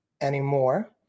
anymore